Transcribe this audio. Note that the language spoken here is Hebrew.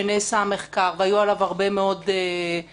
נעשה מחקר והיו עליו הרבה מאוד ויכוחים,